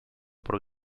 por